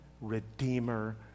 Redeemer